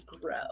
grow